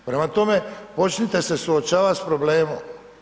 Prema tome, počnite se suočavati s problemom.